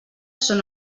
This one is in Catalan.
són